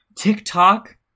TikTok